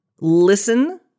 listen